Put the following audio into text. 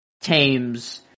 tames